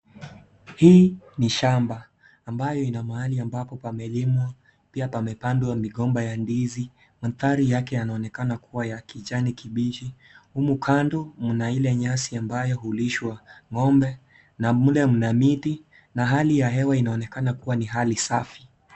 Hii ni shamba ambayo ina mahali ambapo pamelimwa pia pamepandwa migomba ya ndizi. Mandhari yake yanaonekana kuwa ya kijani kibichi humu kando mna ile nyasi ambayo hulishwa ng'ombe na mle mna miti na hali ya hewa inaonekana kuwa ni hali safi.